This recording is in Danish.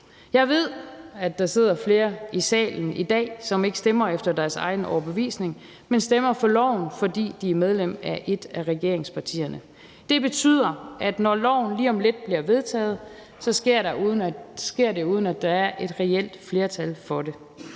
Jeg ved, at der sidder flere i salen i dag, som ikke stemmer efter deres egen overbevisning, men stemmer for loven, fordi de er medlem af et af regeringspartierne. Det betyder, at når loven lige om lidt bliver vedtaget, sker det, uden at der er et reelt flertal for det.